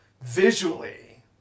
visually